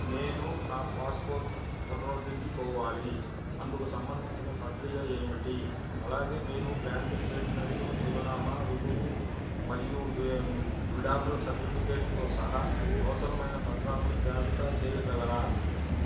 నేను నా పాస్పోర్ట్ పునరుద్ధరించుకోవాలి అందుకు సంబంధించిన ప్రక్రియ ఏమిటి అలాగే మీరు బ్యాంక్ స్టేట్మెంటు చిరునామా రుజువు మరియు విడాకుల సర్టిఫికేట్తో సహా అవసరమైన పత్రాలను జాబితా చెయ్యగలరా